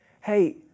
Hey